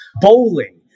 bowling